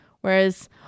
Whereas